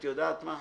את יודעת מה,